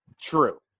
True